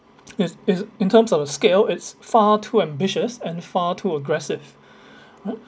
it's it's in terms of a scale it's far too ambitious and far too aggressive